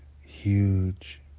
huge